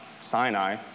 Sinai